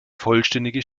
vollständige